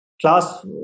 class